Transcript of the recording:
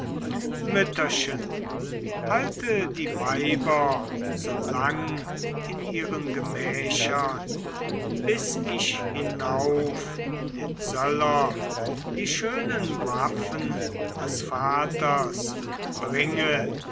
mütterchen halte die weiber so lang in ihren gemächern bis ich hinauf in den söller die schönen waffen des vaters bringe